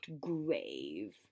grave